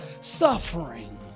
suffering